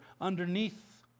underneath